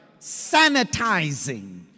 sanitizing